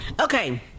Okay